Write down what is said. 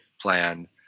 plan